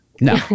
No